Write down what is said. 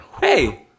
Hey